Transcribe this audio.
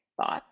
thoughts